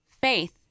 Faith